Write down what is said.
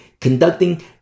conducting